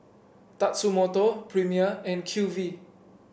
Tatsumoto Premier and Q V